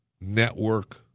network